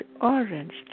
orange